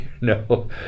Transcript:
no